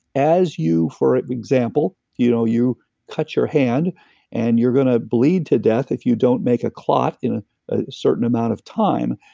as you, for example, you know you cut your hand and you're gonna bleed to death if you don't make a clot in ah a certain amount of time,